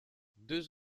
deux